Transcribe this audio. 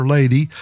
Lady